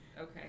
okay